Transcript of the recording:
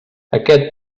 aquest